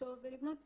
לחשוב ולבנות תכנית.